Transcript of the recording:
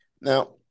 now